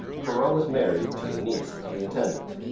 perrot was married to the niece of the intendant.